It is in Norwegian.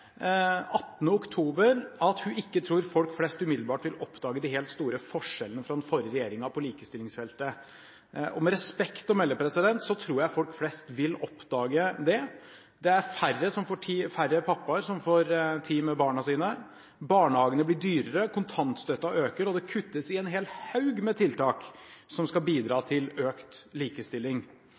18. oktober at hun ikke «tror folk flest umiddelbart vil oppdage de helt store forskjellene fra den forrige regjeringen» på likestillingsfeltet. Med respekt å melde tror jeg folk flest vil oppdage det. Det er færre pappaer som får tid med barna sine, barnehagene blir dyrere, kontantstøtten øker, og det kuttes i en hel haug med tiltak som skal bidra til økt likestilling.